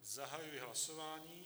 Zahajuji hlasování.